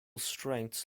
strengths